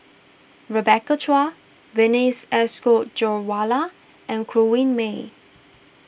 Rebecca Chua Vijesh Ashok Ghariwala and Corrinne May